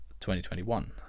2021